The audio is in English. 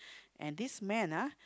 and this man ah